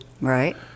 Right